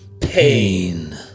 Pain